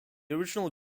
original